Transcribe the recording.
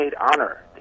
honor